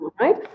right